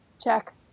Check